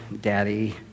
daddy